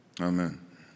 Amen